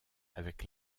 avec